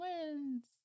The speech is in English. wins